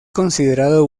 considerado